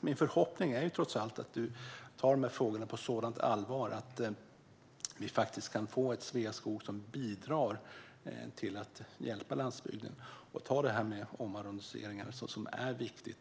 min förhoppning är trots allt att du tar dessa frågor på sådant allvar att vi kan få ett Sveaskog som bidrar till att hjälpa landsbygden. Det handlar om omarronderingar, som är viktiga.